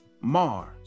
Mars